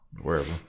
wherever